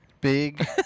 Big